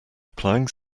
applying